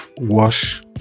wash